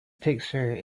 picture